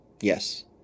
Yes